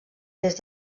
des